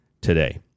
today